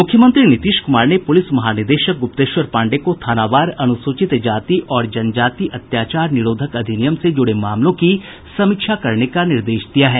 मूख्यमंत्री नीतीश क्मार ने प्रलिस महानिदेशक ग्रप्तेश्वर पांडेय को थानावार अनुसूचित जाति और जनजाति अत्याचार निरोधक अधिनियम से जुड़े मामलों की समीक्षा करने का निर्देश दिया है